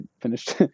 finished